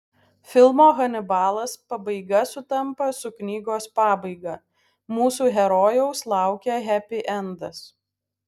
filmo hanibalas pabaiga sutampa su knygos pabaiga mūsų herojaus laukia hepiendas